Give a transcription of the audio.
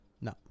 No